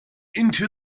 into